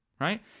right